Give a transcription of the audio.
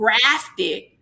grafted